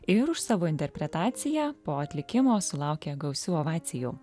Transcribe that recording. ir už savo interpretaciją po atlikimo sulaukė gausių ovacijų